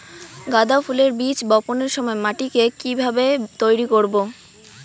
গাদা ফুলের বীজ বপনের সময় মাটিকে কিভাবে তৈরি করব?